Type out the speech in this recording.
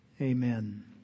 Amen